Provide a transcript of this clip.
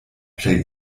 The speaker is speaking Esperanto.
plej